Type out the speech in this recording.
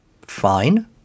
fine